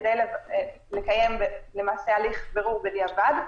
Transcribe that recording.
כדי לקיים הליך בירור בדיעבד,